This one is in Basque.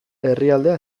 herrialdea